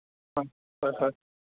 ꯍꯣꯏ ꯍꯣꯏ